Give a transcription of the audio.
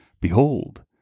Behold